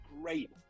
great